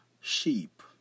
sheep